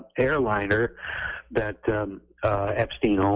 airliner that have,